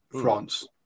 France